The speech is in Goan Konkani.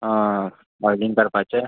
आं ऑयलींग करपाचें